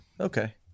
Okay